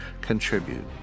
Contribute